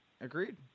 Agreed